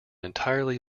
entirely